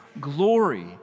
glory